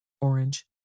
orange